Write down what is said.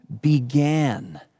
began